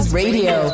radio